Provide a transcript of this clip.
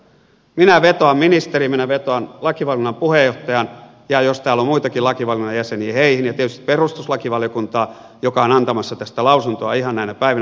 minä vetoan ministeriin minä vetoan lakivaliokunnan puheenjohtajaan ja jos täällä on muitakin lakivaliokunnan jäseniä heihin ja tietysti perustuslakivaliokuntaan joka on antamassa tästä lausuntoa ihan näinä päivinä